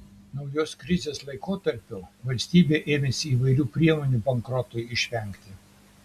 naujos krizės laikotarpiu valstybė ėmėsi įvairių priemonių bankrotui išvengti